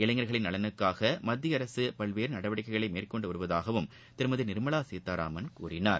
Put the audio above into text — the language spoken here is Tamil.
இளைஞர்களின் நலன்களுக்காக மத்திய அரசு பல்வேறு நடவடிக்கைகளை மேற்கொண்டு வருவதாகவும் திருமதி நிர்மலா சீதாராமன் கூறினார்